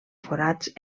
forats